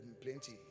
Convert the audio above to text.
plenty